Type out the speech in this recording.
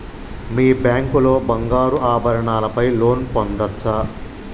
మీ bank లో బంగారు ఆభరణాల పై లోన్ పొందచ్చా?